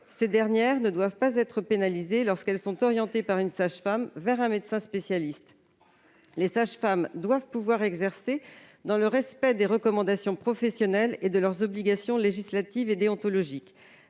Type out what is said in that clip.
Ces dernières ne doivent pas être pénalisées lorsqu'elles sont orientées par une sage-femme vers un médecin spécialiste. Les sages-femmes doivent pouvoir exercer dans le respect des recommandations professionnelles et de leurs obligations législatives et déontologiques.